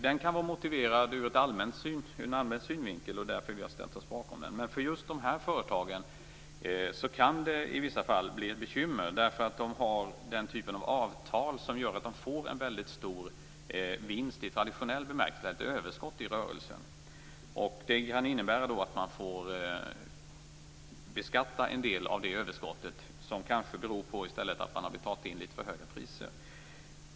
Detta kan vara motiverat ur en allmän synvinkel, och vi har därför ställt oss bakom förslaget. Men för just de här företagen kan det i vissa fall bli bekymmer, eftersom de har den typen av avtal som gör att de får en väldigt stor vinst i traditionell bemärkelse, dvs. ett överskott i rörelsen. Det kan innebära att man får beskatta en del av det överskottet, fastän det kanske beror på att man har betalat in litet för höga priser.